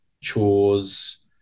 chores